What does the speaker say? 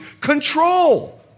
control